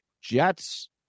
Jets